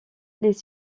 les